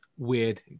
weird